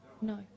No